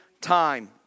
time